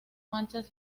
manchas